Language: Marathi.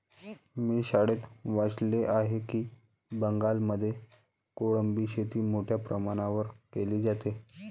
मी शाळेत वाचले आहे की बंगालमध्ये कोळंबी शेती मोठ्या प्रमाणावर केली जाते